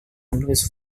menulis